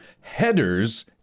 headers